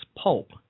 pulp